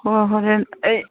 ꯍꯣ ꯍꯣꯔꯦꯟ ꯑꯩ